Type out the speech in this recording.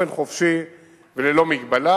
באופן חופשי וללא מגבלה.